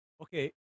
Okay